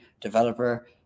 developer